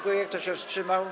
Kto się wstrzymał?